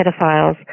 pedophiles